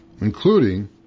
including